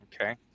Okay